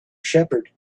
shepherd